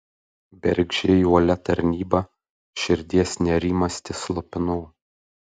bergždžiai uolia tarnyba širdies nerimastį slopinau